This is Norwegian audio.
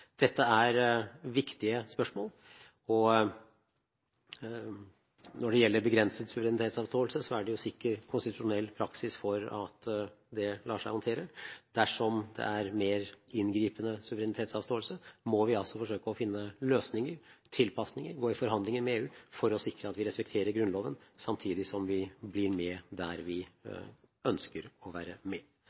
Dette er viktige spørsmål. Når det gjelder begrenset suverenitetsavståelse, er det sikker konstitusjonell praksis for at det lar seg håndtere. Dersom det er mer inngripende suverenitetsavståelse, må vi altså forsøke å finne løsninger, tilpasninger, i våre forhandlinger med EU for å sikre at vi respekterer Grunnloven samtidig som vi blir med der vi ønsker å være med.